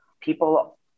People